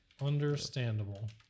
Understandable